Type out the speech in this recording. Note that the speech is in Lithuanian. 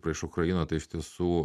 prieš ukrainą tai iš tiesų